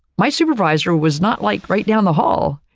my supervisor was not like right down the hall.